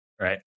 right